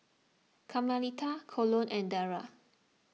Carmelita Colon and Daryle